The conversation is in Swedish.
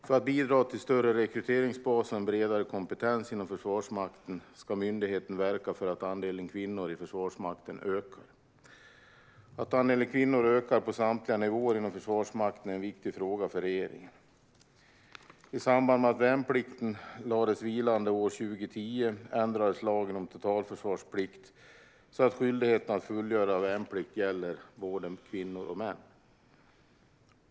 För att bidra till en större rekryteringsbas och en bredare kompetens inom Försvarsmakten ska myndigheten verka för att andelen kvinnor i Försvarsmakten ökar. Att andelen kvinnor ökar på samtliga nivåer inom Försvarsmakten är en viktig fråga för regeringen. I samband med att värnplikten lades vilande år 2010 ändrades lagen om totalförsvarsplikt så att skyldigheten att fullgöra värnplikt gäller både kvinnor och män.